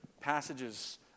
passages